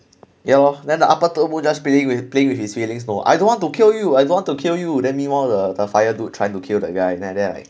ya lor then the upper third moon just playing with playing with his feelings no I don't want to kill you I don't want to kill you then meanwhile the the fire dude trying to kill the guy then I there like